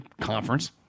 conference